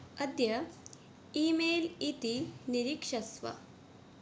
अद्य ईमेल् इति निरीक्षस्व